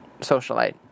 socialite